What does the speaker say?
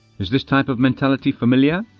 is this type of mentality familiar?